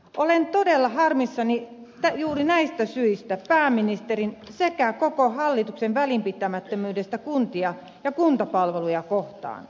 olen todella harmissani juuri näistä syistä pääministerin sekä koko hallituksen välinpitämättömyydestä kuntia ja kuntapalveluja kohtaan